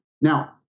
Now